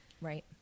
Right